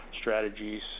strategies